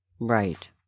Right